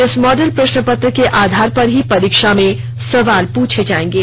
इस मॉडल प्रश्न पत्र के आधार पर ही परीक्षा में सवाल पूछे जाएंगे